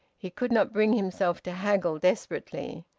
he could not bring himself to haggle desperately.